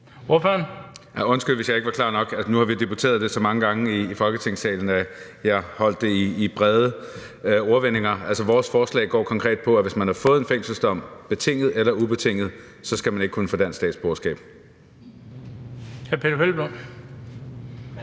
Undskyld, hvis jeg ikke var klar nok. Nu har vi debatteret det så mange gange i Folketingssalen, at jeg holdt det i brede vendinger. Vores forslag går konkret på, at hvis man har fået en fængselsdom, betinget eller ubetinget, så skal man ikke kunne få dansk statsborgerskab. Kl. 19:02 Den fg.